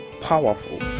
powerful